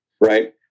right